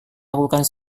lakukan